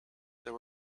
there